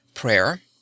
Prayer